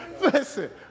Listen